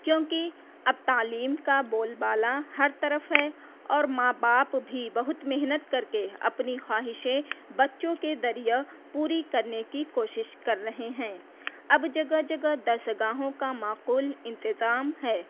کیونکہ اب تعلیم کا بول بالا ہر طرف ہے اور ماں باپ بھی بہت محنت کر کے اپنی خواہشیں بچوں کے ذریعہ پوری کرنے کی کوشش کر رہے ہیں اب جگہ جگہ درسگاہوں کا معقول انتظام ہے